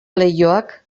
leihoak